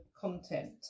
content